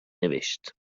نوشت